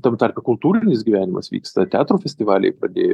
tam tarpe kultūrinis gyvenimas vyksta teatro festivaliai padėjo